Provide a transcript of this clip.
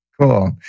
Cool